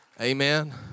Amen